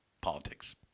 politics